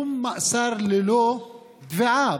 שום מאסר ללא תביעה.